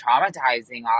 traumatizing